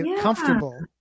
comfortable